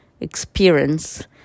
experience